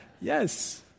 Yes